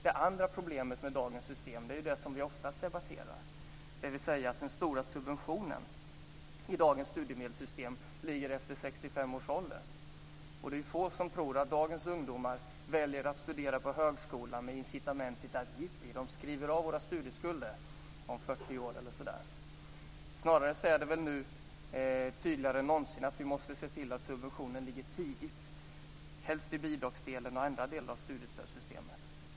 Det andra problemet med dagens system är det som vi oftast debatterar, nämligen att den stora subventionen i dagens studiemedelssystem ligger efter 65 års ålder. Det är få som tror att dagens ungdomar väljer att studera på högskola med incitamentet: Jippi! De skriver av våra studieskulder om 40 år, eller så. Snarare är det väl nu tydligare än någonsin att vi måste se till att subventionen ligger tidigt, helst i bidragsdelen och i andra delar av studiestödssystemet.